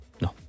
No